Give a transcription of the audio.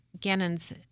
Gannon's